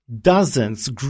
dozens